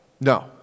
No